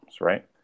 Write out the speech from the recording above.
right